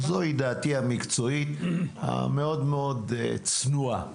זוהי דעתי המקצועית המאוד מאוד צנועה.